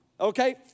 Okay